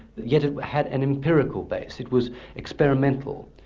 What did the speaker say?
yet it had an empirical base, it was experimental.